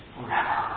Forever